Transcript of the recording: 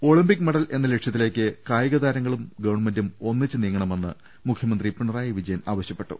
Olympic medal എന്ന ലക്ഷ്യത്തിലേക്ക് കായിക താരങ്ങളും ഗവൺമെന്റും ഒന്നിച്ച് നീങ്ങണമെന്ന് മുഖ്യമന്ത്രി പിണറായി വിജയൻ ആവശ്യപ്പെട്ടു